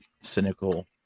cynical